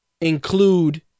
include